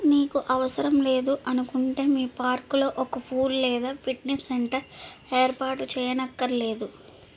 మీకు అవసరం లేదు అనుకుంటే మీ పార్కులో ఒక పూల్ లేదా ఫిట్నెస్ సెంటర్ ఏర్పాటు చేయనక్కర్లేదు